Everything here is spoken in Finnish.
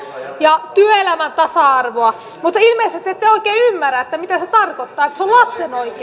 ja työelämän tasa arvoa mutta ilmeisesti te ette oikein ymmärrä mitä se tarkoittaa että se on lapsen oikeus